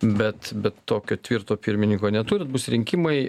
bet bet tokio tvirto pirmininko neturit bus rinkimai